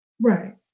right